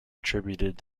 attributed